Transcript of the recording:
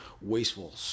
wasteful